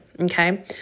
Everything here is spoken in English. Okay